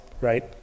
right